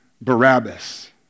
Barabbas